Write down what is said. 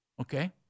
okay